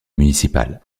municipal